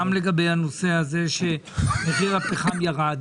גם לגבי זה שמחיר הפחם ירד,